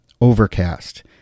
overcast